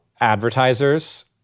advertisers